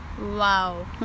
Wow